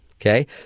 Okay